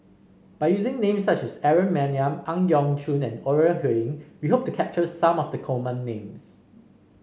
by using names such as Aaron Maniam Ang Yau Choon and Ore Huiying we hope to capture some of the common names